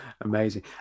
amazing